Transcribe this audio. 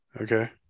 Okay